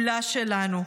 כולה שלנו.